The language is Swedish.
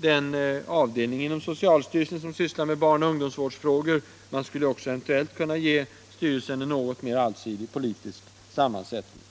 den avdelning inom socialstyrelsen som sysslar med barnoch ungdomsvårdsfrågor. Man skulle eventuellt också kunna ge styrelsen en något mer allsidig politisk sammansättning.